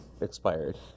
expired